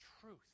Truth